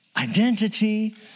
identity